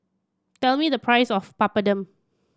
tell me the price of Papadum